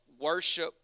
worship